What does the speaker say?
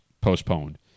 postponed